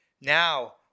Now